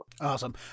Awesome